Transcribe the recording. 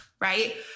right